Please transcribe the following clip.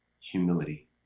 humility